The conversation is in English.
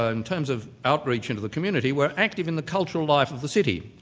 ah in terms of outreach into the community, were active in the cultural life of the city.